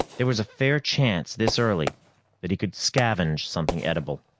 there was a fair chance this early that he could scavenge something edible.